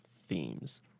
themes